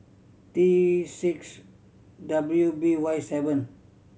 T six W B Y seven